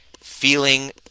feeling